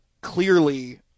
clearly